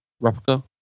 replica